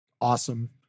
awesome